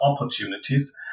opportunities